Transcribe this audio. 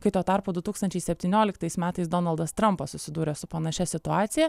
kai tuo tarpu du tūkstančiais septynioliktais metais donaldas trampas susiduria su panašia situacija